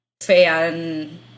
fan